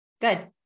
Good